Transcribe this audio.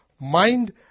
mind